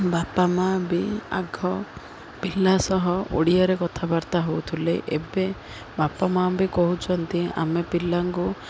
ବାପା ମାଆ ବି ଆଗ ପିଲା ସହ ଓଡ଼ିଆରେ କଥାବାର୍ତ୍ତା ହେଉଥିଲେ ଏବେ ବାପା ମାଆ ବି କହୁଛନ୍ତି ଆମେ ପିଲାଙ୍କୁ